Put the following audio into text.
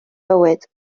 fywyd